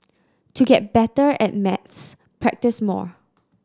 to get better at maths practise more